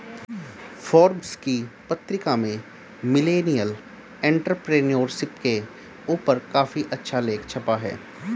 Forbes की पत्रिका में मिलेनियल एंटेरप्रेन्योरशिप के ऊपर काफी अच्छा लेख छपा है